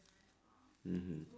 mmhmm